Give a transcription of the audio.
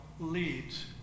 Leads